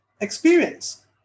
experience